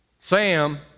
Sam